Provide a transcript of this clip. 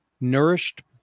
nourished